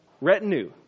retinue